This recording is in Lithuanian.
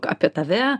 apie tave